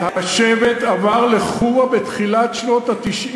רוב השבט עבר לחורה בתחילת שנות ה-90.